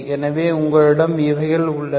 எனவே உங்களிடம் இவைகள் உள்ளன